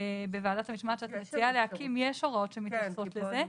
בוועדת המשמעת שאת מציעה להקים יש הוראות שמתייחסות לזה.